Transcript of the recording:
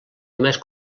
només